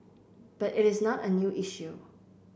but it is not a new issue